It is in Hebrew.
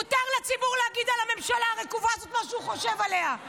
מותר לציבור להגיד על הממשלה הרקובה הזאת מה שהוא חושב עליה.